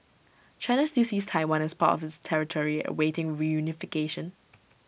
China still sees Taiwan as part of its territory awaiting reunification